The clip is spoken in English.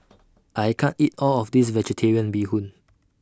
I can't eat All of This Vegetarian Bee Hoon